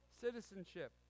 citizenship